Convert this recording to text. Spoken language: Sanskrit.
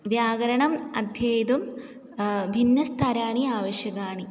व्याकरणम् अध्येतुं भिन्नस्तराः आवश्यकाः